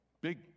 big